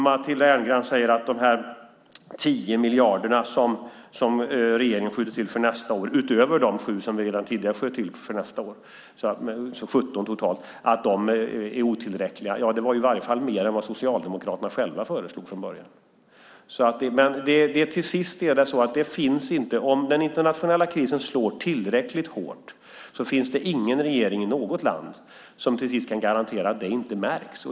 Matilda Ernkrans säger att de 10 miljarder som regeringen skjuter till för nästa år, utöver de 7 som vi redan tidigare sköt till, alltså 17 totalt, är otillräckliga. Det är i varje fall mer än vad Socialdemokraterna själva föreslog från början. Om den internationella krisen slår tillräckligt hårt finns det ingen regering i något land som kan garantera att det inte märks.